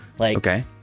Okay